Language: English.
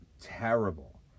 terrible